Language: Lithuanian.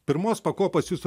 pirmos pakopos jūsų